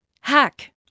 Hack